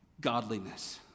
godliness